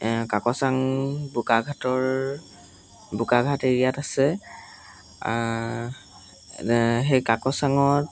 কাক' চাং বোকাঘাটৰ বোকাঘাট এৰিয়াত আছে সেই কাক'চাঙত